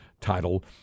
title